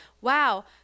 wow